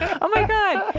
oh my god!